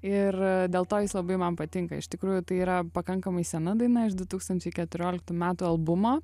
ir dėl to jis labai man patinka iš tikrųjų tai yra pakankamai sena daina iš du tūkstančiai keturioliktų metų albumo